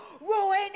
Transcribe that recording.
ruin